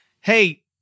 hey